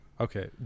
Okay